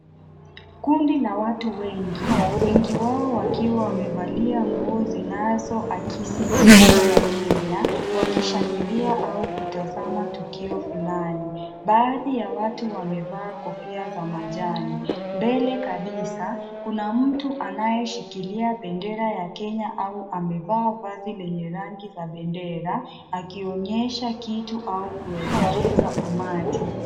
Kundi la watu wengi, wengi wao wakiwa wamevalia nguo zinazoakisi bendera ya Kenya wakishangilia au kutazama tukio fulani. Baadhi ya watu wamevaa kofia za majani. Mbele kabisa kuna mtu anayeshikilia bendera ya Kenya au amevaa vazi lenye rangi la bendera akionyesha kitu au kuelekeza umati.